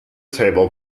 table